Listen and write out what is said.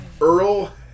Earl